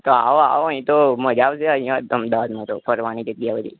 તો આવો આવો અહીં તો મજા આવશે અહીં અમદાવાદમા તો ફરવાની જગ્યા બધી